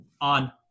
on